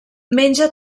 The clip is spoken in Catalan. menja